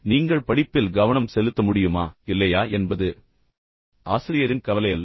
நீங்கள் படிப்பில் கவனம் செலுத்த முடியுமா இல்லையா என்பது ஆசிரியரின் கவலையல்ல